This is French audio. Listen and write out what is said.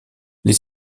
les